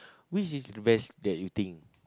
which is the best that you think